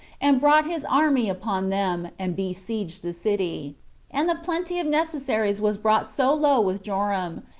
and brought his army upon them, and besieged the city and the plenty of necessaries was brought so low with joram,